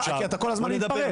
אתה כל הזמן מתפרץ.